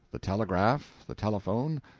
the telegraph, the telephone,